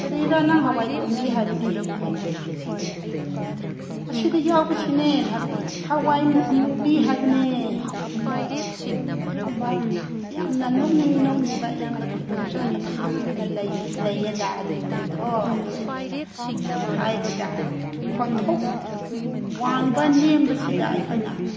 ꯀꯔꯤꯔꯥ ꯅꯪ ꯍꯋꯥꯏ ꯇꯣꯝꯕꯤ ꯍꯥꯏꯕꯗꯤ ꯍꯥꯏꯕ ꯑꯗꯨꯗ ꯑꯁꯤꯗ ꯌꯥꯎꯕꯁꯤꯅꯦꯅ ꯍꯥꯏꯕꯗ ꯍꯋꯥꯏ ꯑꯃꯨꯕꯤ ꯍꯥꯏꯕꯅꯦ ꯍꯥꯏꯅ ꯍꯥꯏꯔꯛꯄ ꯑꯗꯨꯒꯨꯝꯕ ꯌꯥꯝꯅ ꯅꯣꯛꯅꯤꯡ ꯅꯣꯛꯅꯤꯡꯕ ꯌꯥꯝꯅ ꯈꯨꯗꯣꯡ ꯆꯥꯗꯕ ꯌꯥꯝꯅ ꯂꯩꯌꯦꯗ ꯑꯗꯨꯕꯨꯗꯤꯀꯣ ꯑꯗꯨ ꯑꯩꯈꯣꯏꯅ ꯍꯥꯏꯕꯗ ꯈꯣꯟꯊꯣꯛ ꯋꯥꯡꯕ ꯅꯦꯝꯕꯁꯤꯗ ꯑꯩꯈꯣꯏꯅ